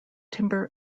timber